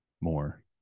more